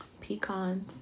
pecans